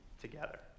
together